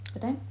at the time